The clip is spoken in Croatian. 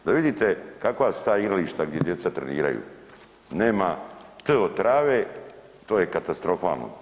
Da vidite kakva su ta igrališta gdje djeca treniraju, nema t od trave, to je katastrofalno.